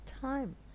time